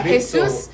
Jesus